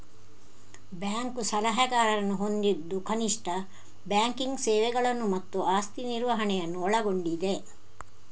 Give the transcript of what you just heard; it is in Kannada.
ಬ್ಯಾಂಕ್ ಸಲಹೆಗಾರರನ್ನು ಹೊಂದಿದ್ದು ಕನಿಷ್ಠ ಬ್ಯಾಂಕಿಂಗ್ ಸೇವೆಗಳನ್ನು ಮತ್ತು ಆಸ್ತಿ ನಿರ್ವಹಣೆಯನ್ನು ಒಳಗೊಂಡಿದೆ